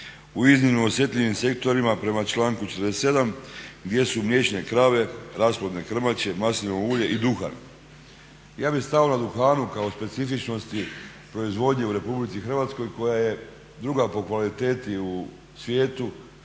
u iznimno osjetljivim sektorima prema članku 47. gdje su mliječne krave, rasplodne krmače, maslinovo ulje i duhan. Ja bih stao na duhanu kao specifičnosti proizvodnje u Republici Hrvatskoj koja je druga po kvaliteti u svijetu,